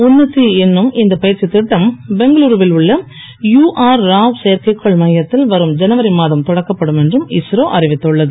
உன்னதி என்னும் இந்த பயிற்சி திட்டம் பெங்களூருவில் உள்ள யூஆர் ராவ் செயற்கைக்கோள் மையத்தில் வரும் ஜனவரி மாதம் தொடக்கப்படும் என்றும் இஸ்ரோ அறிவித்துள்ளது